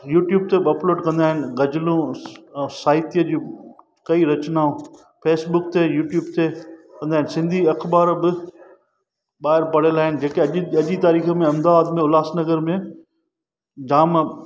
YouTube ते upload कंदा आहिनि गज़लूं साहित्य जूं कई रचनाऊं फेसबुक ते यूट्यूब ते अने सिंधी अख़बार बि ॿार पढ़ियल आहिनि जेके अॼु अॼु जी तारीख़ में अहमदाबाद में उल्हासनगर में जामु आहे